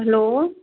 hello